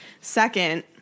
Second